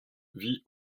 vit